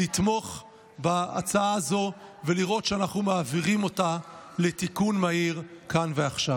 לתמוך בהצעה הזאת ולראות שאנחנו מעבירים אותה לתיקון מהיר כאן ועכשיו.